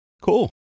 Cool